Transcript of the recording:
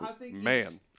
man